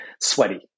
sweaty